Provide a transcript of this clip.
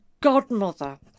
godmother